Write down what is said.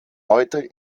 heute